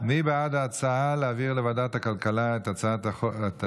מי בעד ההצעה להעביר לוועדת הכלכלה את ההצעה